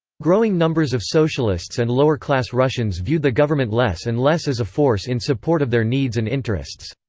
growing numbers of socialists and lower-class russians viewed the government less and less as a force in support of their needs and interests.